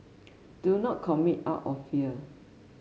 do not commit out of fear